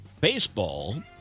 baseball